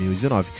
2019